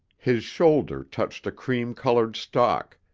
his shoulder touched a cream-colored stalk,